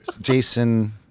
Jason